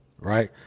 right